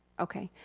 okay.